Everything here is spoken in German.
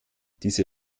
diese